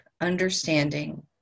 understanding